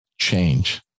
change